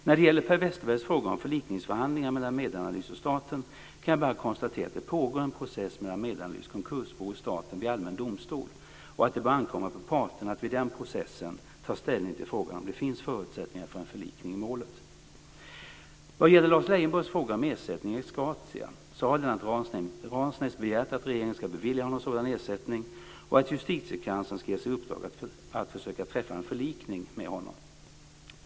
När det gäller Per Westerbergs fråga om förlikningsförhandlingar mellan Medanalys och staten kan jag bara konstatera att det pågår en process mellan Medanalys konkursbo och staten vid allmän domstol och att det bör ankomma på parterna att vid den processen ta ställning till frågan om det finns förutsättningar för en förlikning i målet. Vad gäller Lars Leijonborgs fråga om ersättning ex gratia så har Lennart Ransnäs begärt att regeringen ska bevilja honom sådan ersättning och att Justitiekanslern ska ges i uppdrag att försöka träffa en förlikning med honom.